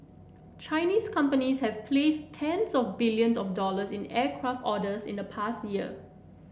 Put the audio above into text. Chinese companies have placed tens of billions of dollars in aircraft orders in the past year